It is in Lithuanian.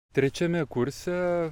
trečiame kurse